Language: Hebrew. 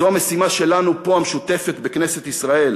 זו המשימה המשותפת שלנו פה בכנסת ישראל.